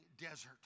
desert